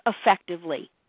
effectively